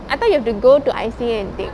I thought you have to go to I_C_A and take